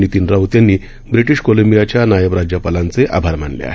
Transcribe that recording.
नितीन राऊत यांनी ब्रिपीश कोलंबियाच्या नायब राज्यपालांचे आभार मानले आहे